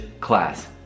class